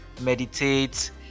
meditate